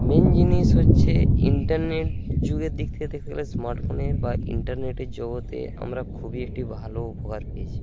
main জিনিস হচ্ছে internet যুগের দিক থেকে দেখা গেলে স্মার্টফোনের বা ইন্টারনেটের জগতে আমরা খুবই একটি ভালো উপকার পেয়েছি